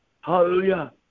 Hallelujah